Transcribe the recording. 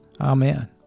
Amen